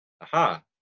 Aha